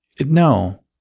no